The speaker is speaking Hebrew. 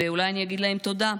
ואולי אני אגיד להם תודה.